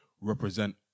represent